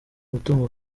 mutungo